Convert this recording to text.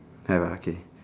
have uh okay